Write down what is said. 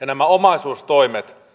nämä omaisuustoimet